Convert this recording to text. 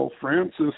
Francis